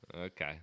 Okay